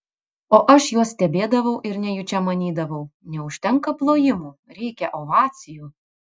o aš juos stebėdavau ir nejučia manydavau neužtenka plojimų reikia ovacijų